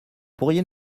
pourriez